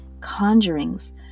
conjurings